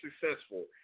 successful